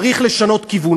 צריך לשנות כיוון.